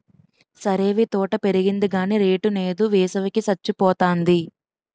సరేవీ తోట పెరిగింది గాని రేటు నేదు, వేసవి కి సచ్చిపోతాంది